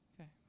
Okay